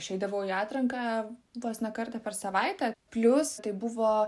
aš eidavau į atranką vos ne kartą per savaitę plius tai buvo